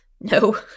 No